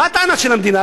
ומה הטענה של המדינה?